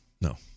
No